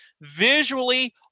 visually